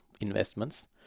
investments